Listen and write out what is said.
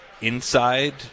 inside